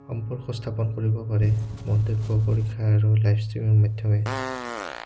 সম্পৰ্ক স্থাপন কৰিব পাৰে মন্তব্য পৰীক্ষা আৰু লাইভ ষ্ট্ৰিমৰ মাধ্যমে